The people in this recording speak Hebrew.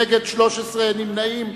נגד 13, אין נמנעים.